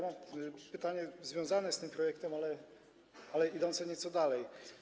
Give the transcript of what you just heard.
Mam pytanie związane z tym projektem, ale idące nieco dalej.